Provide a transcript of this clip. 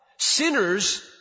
Sinners